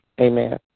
Amen